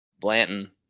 Blanton